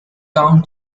town